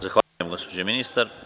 Zahvaljujem, gospođo ministar.